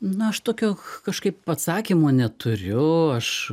na aš tokio kažkaip atsakymo neturiu aš